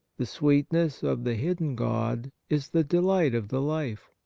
the sweetness of the hidden god is the delight of the life.